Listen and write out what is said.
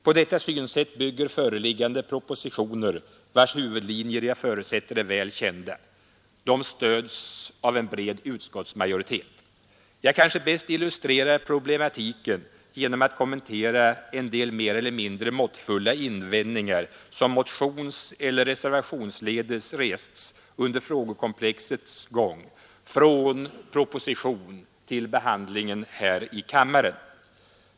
På detta synsätt bygger föreliggande propositioner, vilkas huvudlinjer jag förutsätter är väl kända. De stöds av en bred utskottsmajoritet. Jag kanske bäst illustrerar problematiken genom att kommentera en del mer eller mindre måttfulla invändningar som motionseller reservationsledes rests under frågekomplexets gång från propositioner till behandlingen här i kammaren.